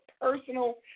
personal